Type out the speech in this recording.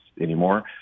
anymore